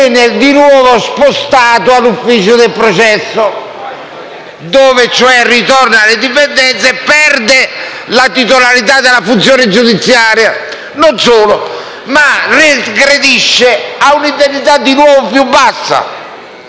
viene di nuovo spostato all'ufficio del processo, dove ritorna alle dipendenze e perde la titolarità della funzione giudiziaria. Non solo, egli regredisce a un'indennità più bassa